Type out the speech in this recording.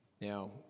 Now